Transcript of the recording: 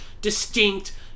distinct